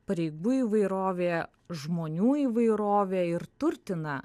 pareigų įvairovė žmonių įvairovė ir turtina